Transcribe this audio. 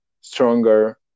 stronger